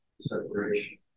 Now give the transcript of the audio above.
separation